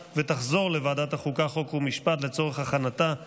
לוועדת החוקה, חוק ומשפט נתקבלה.